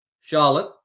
Charlotte